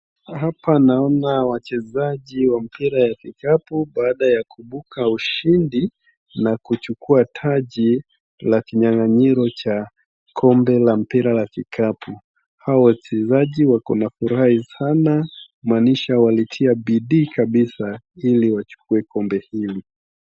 Hapa naona wachezaji wa mpira ya kikapu baada ya kuibuka ushindi na kuchukua taji la kinyanganyiro cha kombe la mpira wa kikapu. Hawa wachezaji wako na furaha sana kuumaanisha walitia bidii kabisa ili wachukue kombe hili.